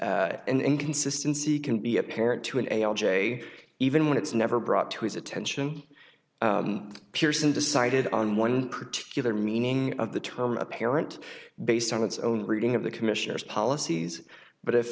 an inconsistency can be apparent to an a o l j even when it's never brought to his attention pearson decided on one particular meaning of the term apparent based on its own reading of the commissioner's policies but if